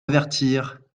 avertir